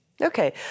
Okay